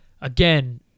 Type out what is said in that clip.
Again